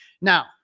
Now